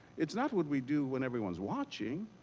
it's not what we do when everyone is watching.